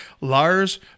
Lars